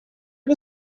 had